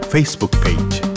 Facebook-page